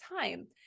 time